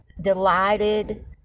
delighted